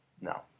no